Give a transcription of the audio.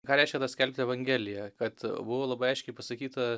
ką reiškia ta skelbti evangeliją kad buvo labai aiškiai pasakyta